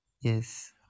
yes